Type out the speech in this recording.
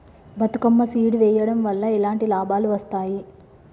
Bathukamma seed వెయ్యడం వల్ల ఎలాంటి లాభాలు వస్తాయి?